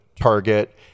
Target